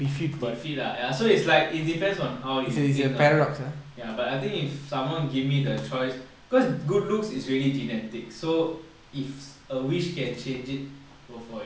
be fit ah ya so it's like it depends on how you think ah ya but I think if someone give me the choice cause good looks is really genetic so if a wish can change it I'll go for it lor